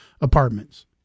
apartments